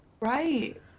right